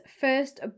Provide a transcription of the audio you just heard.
first